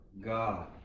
God